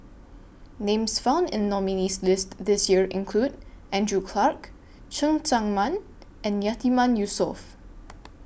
Names found in nominees' list This Year include Andrew Clarke Cheng Tsang Man and Yatiman Yusof